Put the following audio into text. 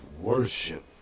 worship